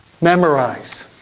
Memorize